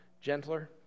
gentler